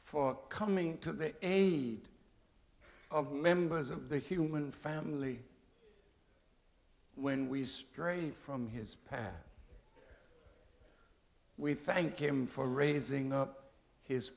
for coming to the aid of members of the human family when we stray from his path we thank him for raising up his